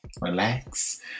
Relax